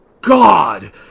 god